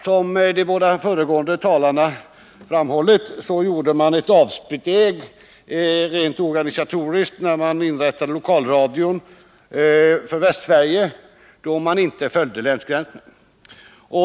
Som de båda föregående talarna framhållit gjordes ett rent organisatoriskt avsteg när man inte följde länsgränserna vid inrättandet av lokalradion för Västsverige.